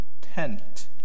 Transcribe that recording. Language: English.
tent